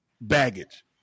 baggage